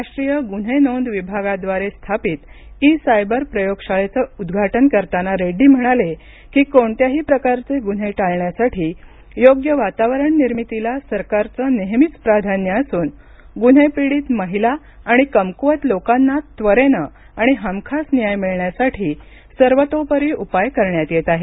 राष्ट्रीय गुन्हे नोंद विभागाद्वारे स्थापित ई सायबर प्रयोगशाळेचं आज उद्घाटन करताना रेड्डी म्हणाले की कोणत्याही प्रकारचे गुन्हे टाळण्यासाठी योग्य वातावरण निर्मितीला सरकारचं नेहमीच प्राधान्य असून गुन्हे पीडित महिला आणि कमकुवत लोकांना त्वरेनं आणि हमखास न्याय मिळण्यासाठी सर्वतोपरी उपाय करण्यात येत आहेत